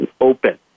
open